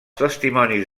testimonis